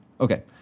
Okay